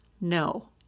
no